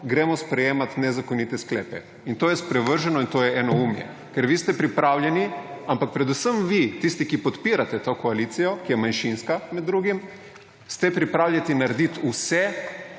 gremo sprejemat nezakonite sklepe. In to je sprevrženo in to je enoumje. Ker vi ste pripravljeni, ampak predvsem vi, tisti, ki podpirate to koalicijo, ki je manjšinska, med drugim, ste pripravljeni narediti vse